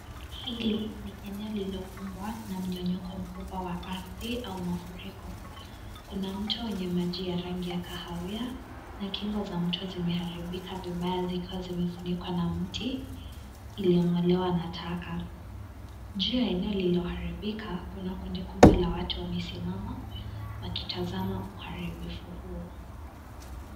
Hili ni eneo la ardhi lililokumbwa na mmomonyoko mkubwa wa ardi. Kuna mto ulio na maji ya rangi ya kahawia na kingo za mto zimeharibika vibaya zikawa zimefunikwa na mti iliyong'olewa na taka. Nje ya eneo lilioardhirika kuna konde kubwa la watu waliosimama wakitazama uaribifu huo.